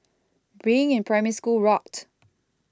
being in Primary School rocked